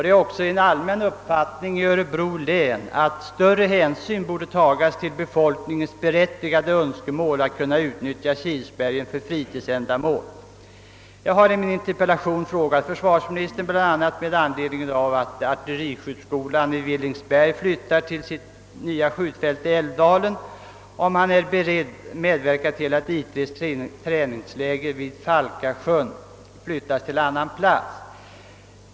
Det är också i Örebro län en allmän uppfattning, att större hänsyn borde tas till befolkningens berättigade önskan att kunna använda Kilsbergen för fritidsändamål. Jag har i min interpellation bl.a. med anledning av att artilleriskjutskolan i Villingsberg skall flytta till sitt nya skjutfält i älvdalen frågat försvarsministern, om denne är beredd att medverka till att I3:s träningsläger vid Falkasjön förläggs till annan plats.